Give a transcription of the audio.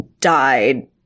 died